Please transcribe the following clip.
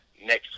next